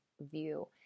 view